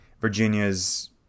Virginia's